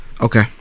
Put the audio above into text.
Okay